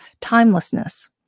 timelessness